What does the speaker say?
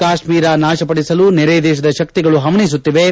ಕಾಶ್ಮೀರ ನಾಶಪಡಿಸಲು ನೆರೆ ದೇಶದ ಶಕ್ತಿಗಳು ಪವಣಿಸುತ್ತಿವೆ